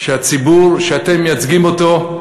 שהציבור שאתם מייצגים אותו,